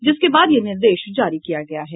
जिसके बाद यह निर्देश जारी किया गया है